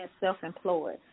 self-employed